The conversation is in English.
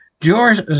George